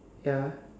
ya